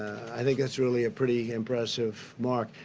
i think that's really a pretty impressive mark.